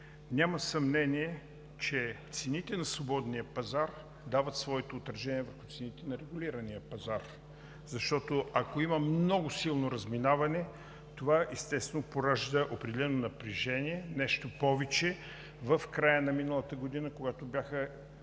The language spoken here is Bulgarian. Няма съмнение, че цените на свободния пазар дават своето отражение върху цените на регулирания пазар, защото ако има много силно разминаване, това, естествено, поражда определено напрежение. Нещо повече, в края на миналата година, когато бяха